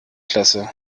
klasse